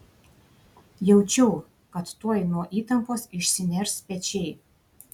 jaučiau kad tuoj nuo įtampos išsiners pečiai